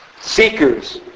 seekers